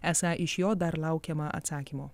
esą iš jo dar laukiama atsakymo